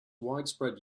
widespread